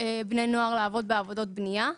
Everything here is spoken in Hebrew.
בני נוער לעבוד בעבודות בנייה.